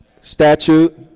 statute